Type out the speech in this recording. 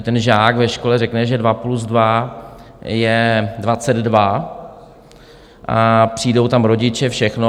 Ten žák ve škole řekne, že dva plus dva je 22, a přijdou tam rodiče a začnou...